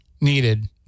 needed